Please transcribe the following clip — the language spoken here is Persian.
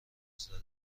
زده